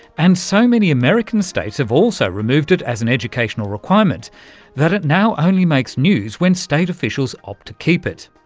and so many american states have also removed it as an educational requirement that it now only makes news when state officials opt to keep it.